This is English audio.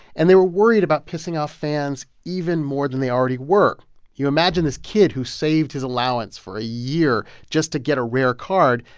and they were worried about pissing off fans even more than they already were. can you imagine this kid who saved his allowance for a year just to get a rare card?